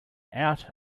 out